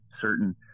certain